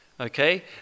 okay